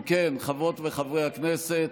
אם כן, חברות וחברי הכנסת,